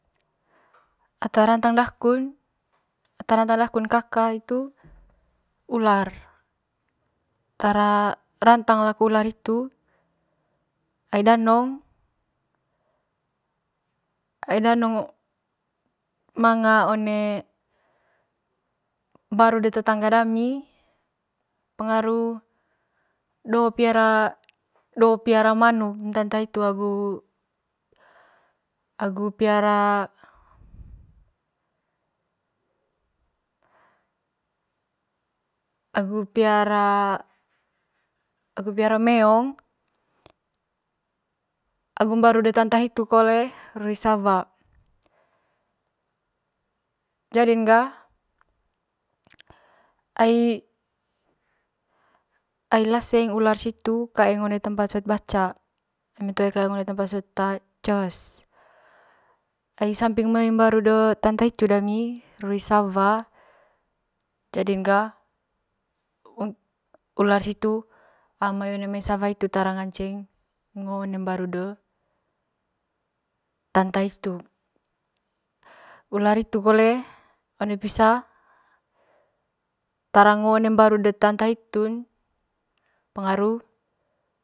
Ata rantang dakun ata rantang dakun kaka itu ular tara rantang laku ular hitu ai danong ai danong manga one mbaru de tetanga dami pengaru do piara do piara manukn tanta hitu agu piara agu piara agu piara agu piara meong agu mbaru de tanta hiru kle ruis sawa jading ga ai laseng ular situ kaeng one tempat sot baca eme toe kaeng one tempat sot ces ai samping mai mbaru de tanta hitu dami ruis sawa jadin ga am mai one mai sawa hitu ular situ tara ngaceng ngo one mbaru de tanta hitu, ular hitu kole one pisa tara ngo one mbaru de tanta hitun pengaru.